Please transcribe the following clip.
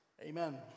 Amen